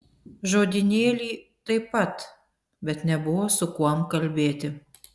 žodynėlį taip pat bet nebuvo su kuom kalbėti